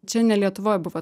čia ne lietuvoj buvo